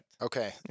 Okay